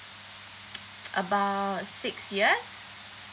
about six years